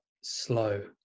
slow